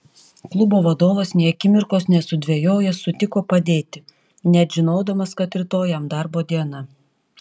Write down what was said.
klubo vadovas nė akimirkos nesudvejojęs sutiko padėti net žinodamas kad rytoj jam darbo diena